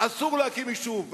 אסור להקים יישוב,